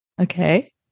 okay